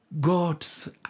God's